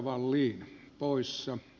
arvoisa puhemies